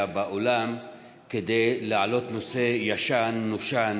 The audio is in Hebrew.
באולם כדי להעלות נושא ישן נושן,